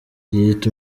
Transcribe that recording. yiyita